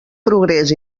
progrés